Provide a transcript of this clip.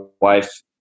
wife